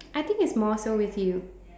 I think it's more so with you